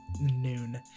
noon